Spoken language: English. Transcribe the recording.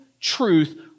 truth